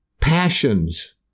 passions